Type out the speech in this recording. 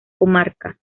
comarca